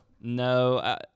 No